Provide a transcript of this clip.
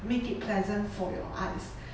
make it pleasant for your eyes